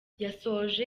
yasoje